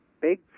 big